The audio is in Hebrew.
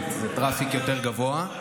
comment זה טראפיק יותר גבוה.